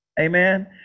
Amen